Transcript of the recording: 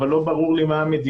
אבל לא ברור לי מה המדיניות.